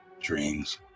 dreams